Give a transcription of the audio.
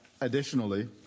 Additionally